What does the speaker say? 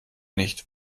nicht